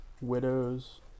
Widows